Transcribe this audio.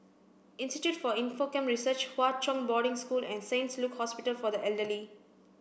institute for Infocomm Research Hwa Chong Boarding School and Saint Luke's Hospital for the Elderly